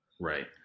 Right